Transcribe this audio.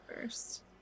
first